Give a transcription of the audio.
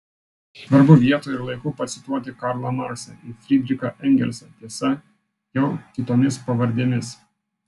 svarbu vietoje ir laiku pacituoti karlą marksą ir frydrichą engelsą tiesa jau kitomis pavardėmis